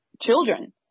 children